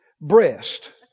breast